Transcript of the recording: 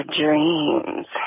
dreams